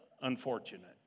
unfortunate